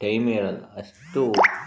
ಟೈಮೇ ಇರೋಲ್ಲ ಅಷ್ಟು